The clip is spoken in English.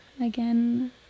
again